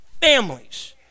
families